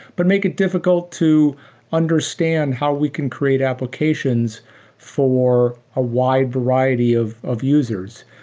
but make it difficult to understand how we can create applications for a wide variety of of users.